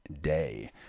day